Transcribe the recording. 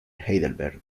heidelberg